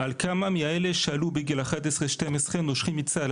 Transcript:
על כמה מאלה שעלו בגיל 11 12 נושרים מצה"ל.